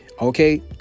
Okay